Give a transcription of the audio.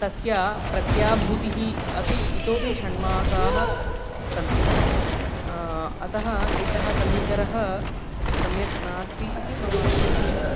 तस्य प्रत्याभूतिः अपि इतोपि षण्मासाः सन्ति अतः एषः समीकरः सम्यक् नास्ति इति मम अभिप्रायः